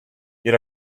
your